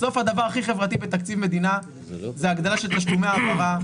בסוף הדבר הכי חברתי בתקציב מדינה זה הגדלה של תשלומי ההעברה,